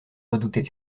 redoutait